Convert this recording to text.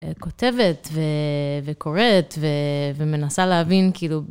כותבת וקוראת ומנסה להבין, כאילו,